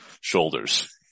shoulders